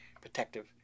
protective